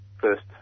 first